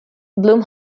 blum